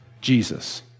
Jesus